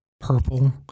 purple